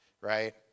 right